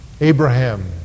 Abraham